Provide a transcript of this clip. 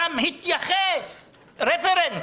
והרשם התייחס רפרנס